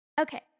Okay